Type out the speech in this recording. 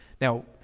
Now